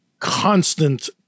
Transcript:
constant